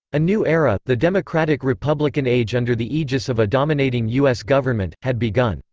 a new era the democratic-republican age under the aegis of a dominating u s. government had begun.